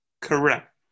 Correct